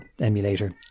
emulator